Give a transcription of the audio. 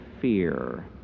fear